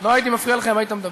לא הייתי מפריע לך אם היית מדבר.